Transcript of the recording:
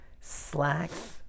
slacks